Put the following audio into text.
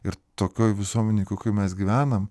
ir tokioj visuomenėj mes gyvenam